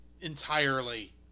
entirely